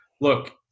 look